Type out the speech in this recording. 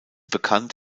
bekannt